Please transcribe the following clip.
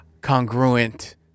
congruent